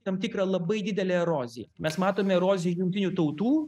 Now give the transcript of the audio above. tam tikrą labai didelę eroziją mes matome eroziją jungtinių tautų